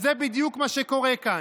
וזה בדיוק מה שקורה כאן.